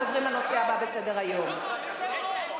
אנחנו עוברים לנושא הבא בסדר-היום: הצעת